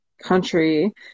country